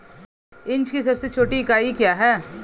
Inch की सबसे छोटी इकाई क्या है?